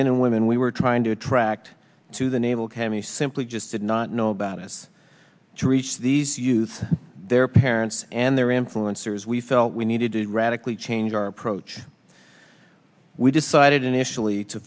men and women we were trying to attract to the naval academy simply just did not know about us to reach these youth their parents and their influencers we felt we needed to radically change our approach we decided initially to